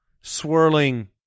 swirling